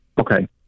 Okay